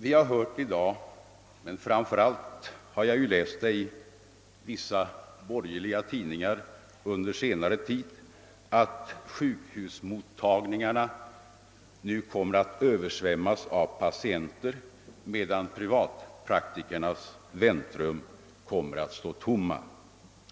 Vi har hört — och framför allt har vi kunnat läsa det i vissa borgerliga tidningar under senare tid — att sjukhusmottagningarna nu kommer att översvämmas av patienter medan privatpraktikernas väntrum kommer att stå tomma.